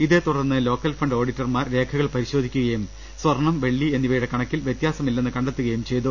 ഇതേതുടർന്ന് local fund ഓഡിറ്റർമാർ രേഖകൾ പരിശോധിക്കുകയും സ്വർണം വെള്ളി എന്നിവയുടെ കണ ക്കിൽ വൃത്യാസമില്ലെന്ന് കണ്ടെത്തുകയും ചെയ്തു